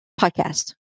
podcast